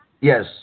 Yes